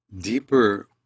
deeper